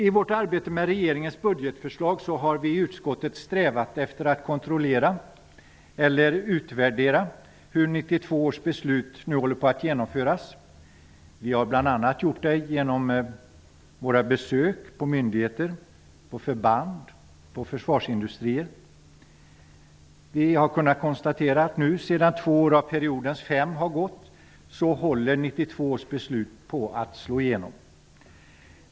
I vårt arbete med regeringens budgetförslag har vi i utskottet strävat efter att kontrollera eller utvärdera hur 1992 års beslut nu håller på att genomföras. Vi har bl.a. gjort det genom besök på myndigheter, förband och försvarsindustrier. Vi har kunnat konstatera att 1992 års beslut nu, sedan två av periodens fem år har gått, håller på att slå igenom.